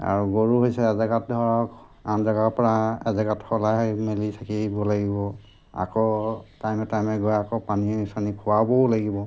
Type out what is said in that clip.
আৰু গৰু হৈছে এজেগাত ধৰক আন জেগাৰ পৰা এজেগাত সলাই মেলি থাকিব লাগিব আকৌ টাইমে টাইমে গৈ আকৌ পানী চানী খুৱাবও লাগিব